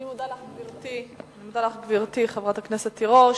אני מודה לך, גברתי, חברת הכנסת תירוש.